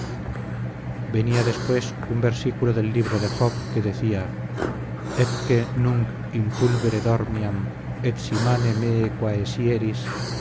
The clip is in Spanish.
venía después un versículo del libro de job que decía